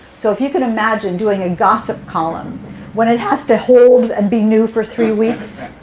so if you can imagine doing a gossip column when it has to hold and be new for three weeks?